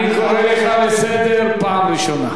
חבר הכנסת זחאלקה, אני קורא אותך לסדר פעם ראשונה.